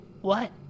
what